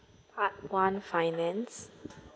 part one finance